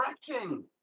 stretching